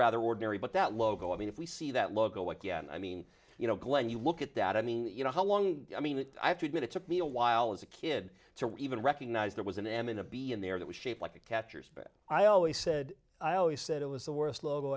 rather ordinary but that logo i mean if we see that logo again i mean you know glenn you look at that i mean you know how long i mean i have to admit it took me a while as a kid to even recognize there was an m in a b in there that was shaped like a catcher's bat i always said i always said it was the worst logo